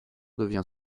devient